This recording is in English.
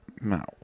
No